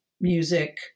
Music